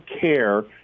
care –